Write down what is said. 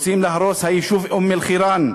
רוצים להרוס היישוב אום-אלחיראן,